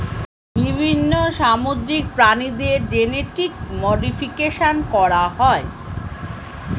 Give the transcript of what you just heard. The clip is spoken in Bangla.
বিভিন্ন সামুদ্রিক প্রাণীদের জেনেটিক মডিফিকেশন করা হয়